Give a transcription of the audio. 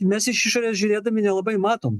mes iš išprės žiūrėdami nelabai matom